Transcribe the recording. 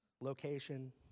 location